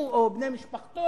הוא או בני משפחתו,